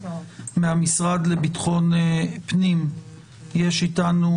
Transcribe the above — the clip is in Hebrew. מהמשרד לביטחון פנים יש איתנו